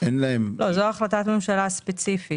שאין להן --- לא, זו החלטת ממשלה ספציפית.